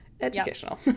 educational